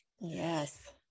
Yes